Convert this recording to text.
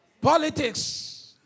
Politics